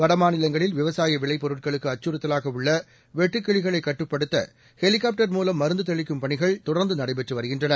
வடமாநிலங்களில் விவசாய விளைபொருட்களுக்கு அச்சுறுத்தலாக உள்ள வெட்டுக்கிளிகளை கட்டுப்படுத்த ஹெலிகாப்டர் மூலம் மருந்து தெளிக்கும் பணிகள் தொடர்ந்து நடைபெற்று வருகின்றன